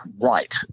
Right